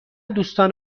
دوستان